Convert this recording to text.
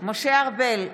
משה ארבל,